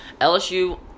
LSU